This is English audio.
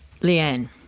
Leanne